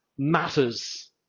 matters